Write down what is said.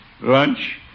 Lunch